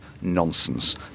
nonsense